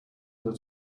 there